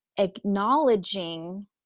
acknowledging